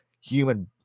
human